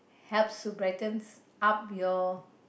helps to brighten up your